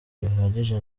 ntibihagije